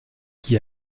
qui